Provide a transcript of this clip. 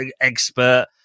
expert